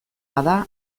bada